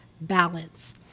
balance